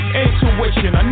intuition